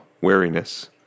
wariness